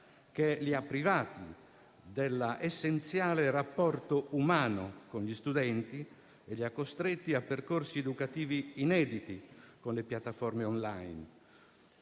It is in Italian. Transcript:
gli insegnanti dell'essenziale rapporto umano con gli studenti e li ha costretti a percorsi educativi inediti con le piattaforme *on line*.